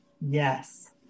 Yes